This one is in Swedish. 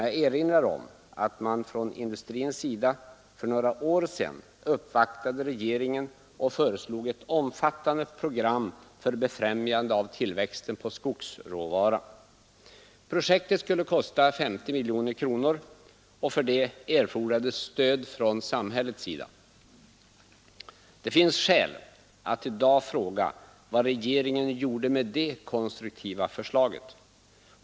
Jag erinrar mig att man från industrins sida för några år sedan uppvaktade regeringen och föreslog ett omfattande program för befrämjande av tillväxten på skogsråvara. Projektet skulle kosta 50 miljoner, och för detta erfordrades stöd från samhällets sida. Det finns skäl att i dag fråga vad regeringen gjorde med detta konstruktiva förslag.